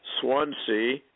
Swansea